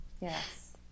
Yes